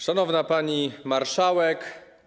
Szanowna Pani Marszałek!